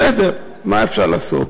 בסדר, מה אפשר לעשות?